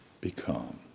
become